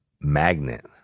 magnet